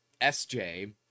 Sj